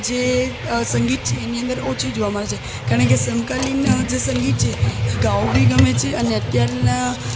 જે સંગીત છે એની અંદર ઓછી જોવા મળે છે કારણ કે સમકાલીનના જે સંગીત છે એ ગાવા બી ગમે છે અને અત્યારના